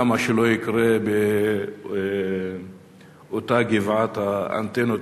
למה שלא יקרה באותה גבעת האנטנות?